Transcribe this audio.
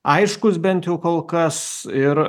aiškus bent jau kol kas ir